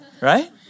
right